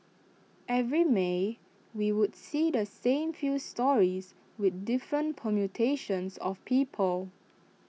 every may we would see the same few stories with different permutations of people